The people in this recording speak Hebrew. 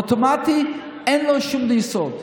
אוטומטית אין לו שום יסוד.